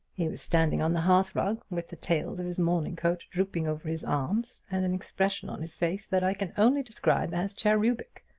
he was standing on the hearthrug, with the tails of his morning coat drooping over his arms and an expression on his face that i can only describe as cherubic.